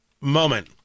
moment